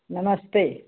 नमस्ते